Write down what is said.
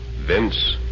Vince